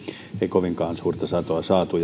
kovinkaan suurta satoa saatu